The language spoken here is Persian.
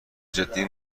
جدی